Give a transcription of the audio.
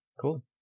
cool